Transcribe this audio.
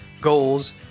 goals